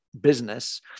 business